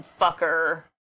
fucker